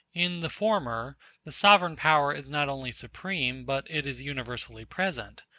in the former the sovereign power is not only supreme, but it is universally present.